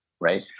right